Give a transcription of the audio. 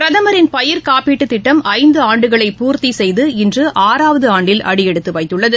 பிரதமரின் பயிர்காப்பீட்டுத் திட்டம் ஐந்துஆண்டுகளை பூர்த்திசெய்து இன்றுஆறாவதுஆண்டில் அடியெடுத்துவைத்துள்ளது